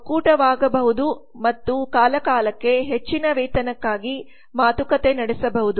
ಒಕ್ಕೂಟವಾಗಬಹುದು ಮತ್ತು ಕಾಲಕಾಲಕ್ಕೆ ಹೆಚ್ಚಿನ ವೇತನಕ್ಕಾಗಿ ಮಾತುಕತೆ ನಡೆಸಬಹುದು